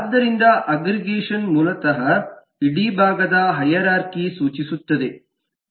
ಆದ್ದರಿಂದ ಅಗ್ಗ್ರಿಗೇಷನ್ ಮೂಲತಃ ಇಡೀ ಭಾಗದ ಹೈರಾರ್ಖಿಯನ್ನು ಸೂಚಿಸುತ್ತದೆ